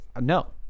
No